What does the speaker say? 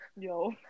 Yo